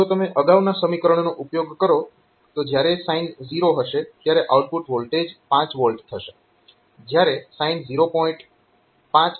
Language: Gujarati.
તો જો તમે અગાઉના સમીકરણનો ઉપયોગ કરો તો જ્યારે સાઈન 0 હશે ત્યારે આઉટપુટ વોલ્ટેજ 5 V થશે જ્યારે સાઈન 0